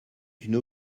d’une